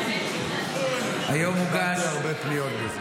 אני קיבלתי הרבה פניות בזה.